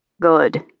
Good